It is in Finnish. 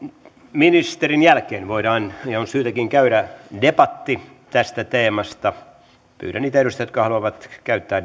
ministerin jälkeen voidaan ja on syytäkin käydä debatti tästä teemasta pyydän niitä edustajia jotka haluavat käyttää